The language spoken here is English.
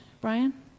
Brian